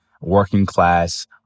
working-class